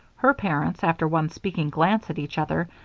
her parents, after one speaking glance at each other,